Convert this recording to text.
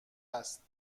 است